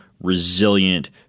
resilient